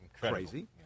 crazy